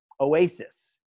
oasis